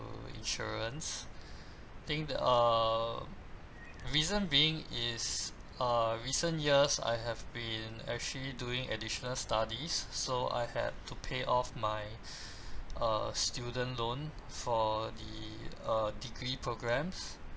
insurance think the err reason being is uh recent years I have been actually doing additional studies so I had to pay off my uh student loan for the uh degree programmes